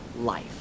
life